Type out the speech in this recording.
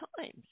times